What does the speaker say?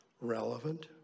relevant